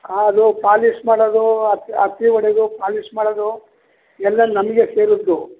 ಅದು ಪಾಲಿಷ್ ಮಾಡೋದು ಅತ್ತಿ ಅತ್ತಿ ಒಡೆದು ಪಾಲಿಷ್ ಮಾಡೋದು ಎಲ್ಲ ನಮಗೇ ಸೇರಿದ್ದು